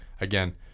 again